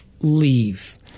Leave